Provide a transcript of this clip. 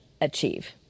achieve